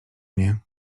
nie